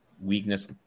Weakness